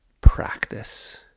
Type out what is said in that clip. practice